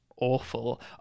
awful